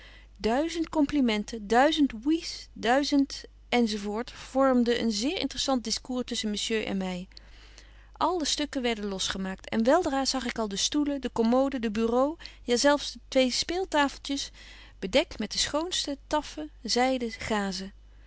oui's duizend enz vormden een zeer intressant discours tussen monsieur en my al de stukken werden los betje wolff en aagje deken historie van mejuffrouw sara burgerhart gemaakt en wel dra zag ik al de stoelen de commode de bureau ja zelf de twee speeltafeltjes bedekt met de schoonste taffen zyden gazen